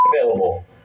available